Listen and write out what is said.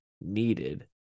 needed